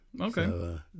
Okay